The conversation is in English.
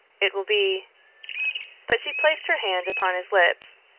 it will be but she placed her hand upon his lips,